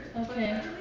Okay